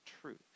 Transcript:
truth